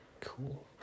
Cool